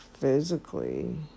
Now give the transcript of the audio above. physically